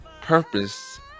purpose